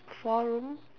four room